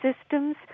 systems